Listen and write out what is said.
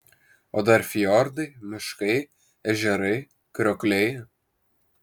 o dar fjordai miškai ežerai kriokliai